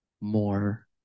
more